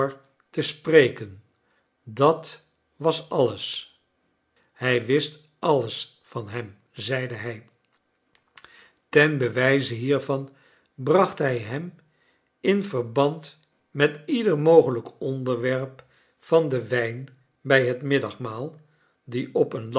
te spreken dat was alles hij wist alles van hem zeide hij ten bewijze hiervan bracht hij hem in verband met ieder mogelijk onderwerp van den wijn bij het middagmaal die op een